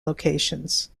locations